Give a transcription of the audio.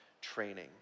training